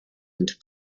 und